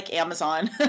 Amazon